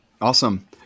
Awesome